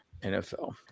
NFL